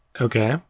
Okay